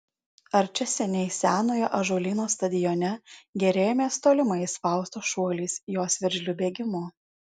ar čia seniai senojo ąžuolyno stadione gėrėjomės tolimais faustos šuoliais jos veržliu bėgimu